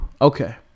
Okay